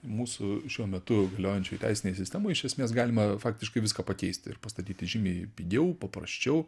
mūsų šiuo metu galiojančioj teisinėj sistemoj iš esmės galima faktiškai viską pakeisti ir pastatyti žymiai pigiau paprasčiau